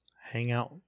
hangout